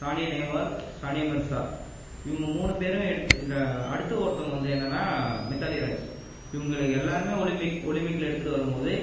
சானியா நேவால் சானியா மிர்சா இவங்க மூணு பேரும் எடுத்த இந்த அடுத்து ஒருத்தவங்க வந்து என்னென்னா மித்தாலி ராஜ் இவங்க எல்லாருமே ஒலிம்பிக் ஒலிம்பிக்யில் எடுத்துகிட்டு வரும் போது